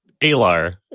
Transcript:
Alar